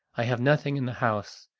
i have nothing in the house,